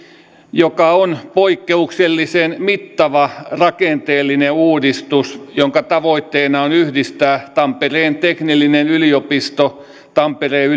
joka on poikkeuksellisen mittava rakenteellinen uudistus jonka tavoitteena on yhdistää tampereen teknillinen yliopisto tampereen